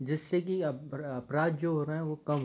जिससे की अपराध जो हो रहा है वो कम हो